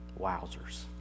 Wowzers